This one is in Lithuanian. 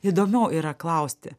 įdomiau yra klausti